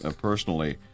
personally